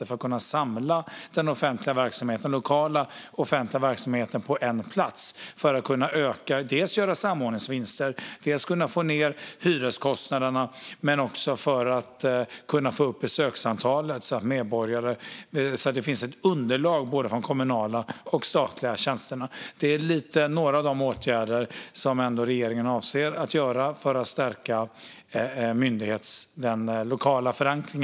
På så vis samlar man den lokala offentliga verksamheten på en plats. Därigenom får man dels samordningsvinster, dels lägre hyreskostnader och dels ökat besöksantal, vilket gör att man får ett underlag för både de kommunala och de statliga tjänsterna. Det här är några av de åtgärder som regeringen avser att vidta för att stärka statliga myndigheters lokala förankring.